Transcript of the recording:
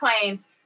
claims